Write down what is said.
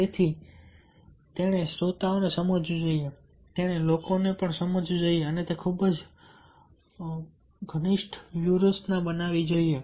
તેથી તેણે શ્રોતાઓને સમજવું જોઈએ તેણે લોકોને સમજવું જોઈએ અને તે મુજબ તેણે વ્યૂહરચના અપનાવવી જોઈએ